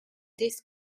this